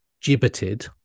gibbeted